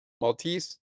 Maltese